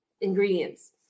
ingredients